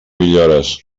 villores